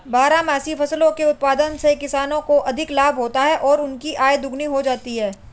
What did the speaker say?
बारहमासी फसलों के उत्पादन से किसानों को अधिक लाभ होता है और उनकी आय दोगुनी हो जाती है